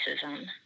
racism